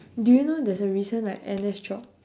do you know there's a recent like N_S job